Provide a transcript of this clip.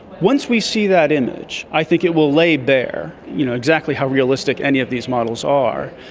once we see that image i think it will lay bare you know exactly how realistic any of these models are,